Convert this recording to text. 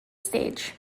stage